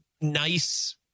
nice